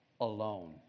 alone